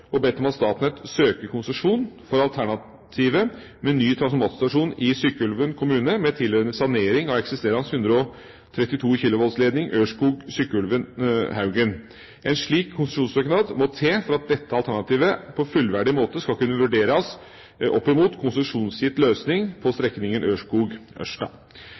og ba om at Statnett søker konsesjon for alternativet med ny transformatorstasjon i Sykkylven kommune, med tilhørende sanering av eksisterende 132 kV ledning Ørskog–Sykkylven–Haugen. En slik konsesjonssøknad må til for at dette alternativet på fullverdig måte skal kunne vurderes opp mot konsesjonsgitt løsning på strekningen